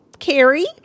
Carrie